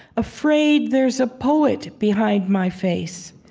afraid there's a poet behind my face,